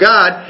God